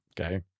okay